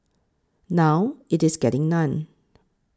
now it is getting none